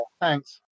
Thanks